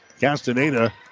Castaneda